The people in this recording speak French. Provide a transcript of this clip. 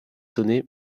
sonné